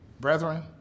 brethren